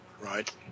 Right